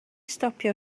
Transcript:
stopio